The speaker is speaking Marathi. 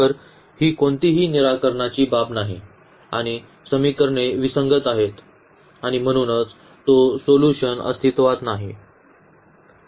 तर ही कोणतीही निराकरणाची बाब नाही आणि समीकरणे विसंगत आहेत आणि म्हणूनच तो सोल्यूशन अस्तित्त्वात नाही